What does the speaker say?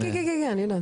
כן, אני יודעת.